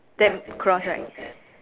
then cross right